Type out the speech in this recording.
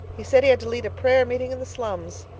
he said he had to lead a prayer-meeting in the slums!